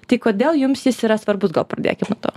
tai kodėl jums jis yra svarbus gal pradėkim nuo to